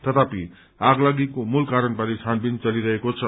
तथापि आगलागीको मूल कारण बारे छानबिन चलिरहेको छ